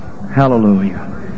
Hallelujah